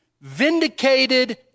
vindicated